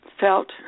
felt